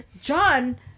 john